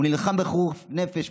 הוא נלחם בחירוף נפש,